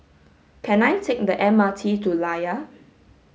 can I take the M R T to Layar